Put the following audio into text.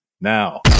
now